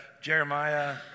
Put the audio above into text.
Jeremiah